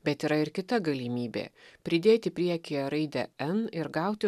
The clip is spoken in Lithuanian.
bet yra ir kita galimybė pridėti priekyje raidę n ir gauti